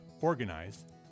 organized